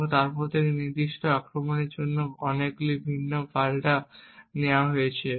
এবং তারপর থেকে এই নির্দিষ্ট আক্রমণের জন্য অনেকগুলি বিভিন্ন পাল্টা ব্যবস্থা রয়েছে